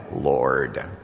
Lord